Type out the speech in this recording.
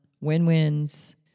win-wins